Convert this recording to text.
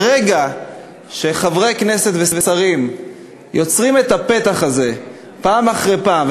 ברגע שחברי כנסת ושרים יוצרים את הפתח הזה פעם אחרי פעם,